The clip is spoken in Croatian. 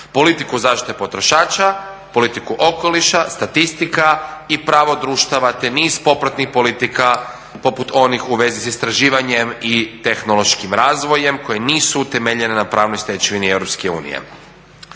politiku zaštite potrošača, politiku okoliša, statistika i pravo društava te niz popratnih politika poput onih u vezi s istraživanjem i tehnološkim razvojem koje nisu utemeljene na pravnoj stečevini EU.